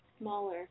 smaller